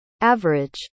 average